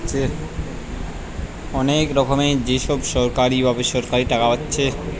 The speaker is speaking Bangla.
অনেক রকমের যে সব সরকারি বা বেসরকারি টাকা পাচ্ছে